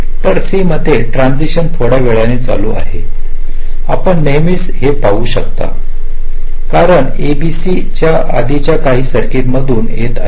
तर c मध्ये transition थोड्या वेळाने चालू आहे आपण नेहमीच हे पाहू शकता कारण a b c आधीच्या काही सर्किट मधून येत आहे